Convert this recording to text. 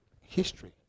history